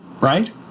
right